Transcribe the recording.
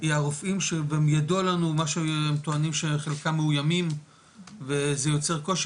היא הרופאים שגם ידוע לנו מה שהם טוענים שחלקם מאוימים וזה יוצר קושי,